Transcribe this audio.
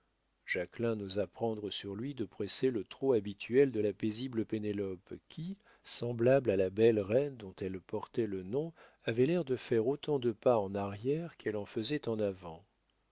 jacquelin n'osa prendre sur lui de presser le petit trot habituel de la paisible pénélope qui semblable à la belle reine dont elle portait le nom avait l'air de faire autant de pas en arrière qu'elle en faisait en avant